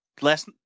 last